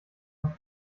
noch